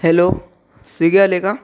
hello स्विगीवाले का